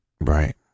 Right